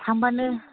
थांबानो